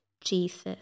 Jesus